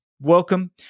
Welcome